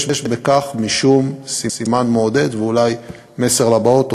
יש בכך משום סימן מעודד, ואולי מסר לבאות.